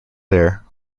there